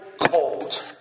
cold